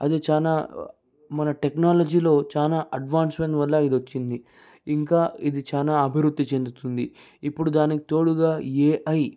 అది చాలా మన టెక్నాలజీలో చాలా అడ్వాన్సన్ వల్ల ఇది వచ్చింది ఇంకా ఇది చాలా అభివృద్ధి చెందుతుంది ఇప్పుడు దానికి తోడుగా ఏఐ